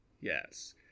Yes